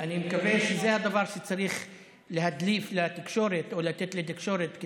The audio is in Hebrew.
אני מקווה שזה הדבר שצריך להדליף לתקשורת או לתת לתקשורת,